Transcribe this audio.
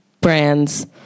brands